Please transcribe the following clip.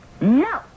No